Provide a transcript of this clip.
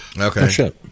Okay